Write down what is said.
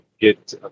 get